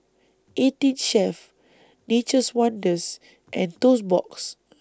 eighteen Chef Nature's Wonders and Toast Box